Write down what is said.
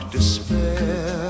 Despair